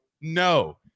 no